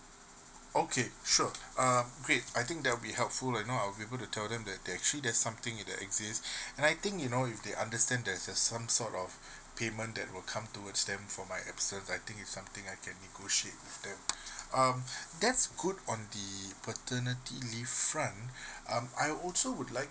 okay sure um great I think that will be helpful you know I'll be able to tell them that they actually there's something in the exist and I think you know if they understand there's a some sort of payment that will come towards them for my absence I think it's something I can be negotiate with them um that's good on the paternity leave front um I also would like